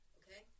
okay